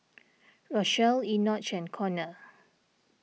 Rochelle Enoch and Konner